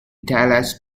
dallas